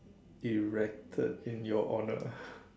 erected in your honor